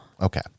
Okay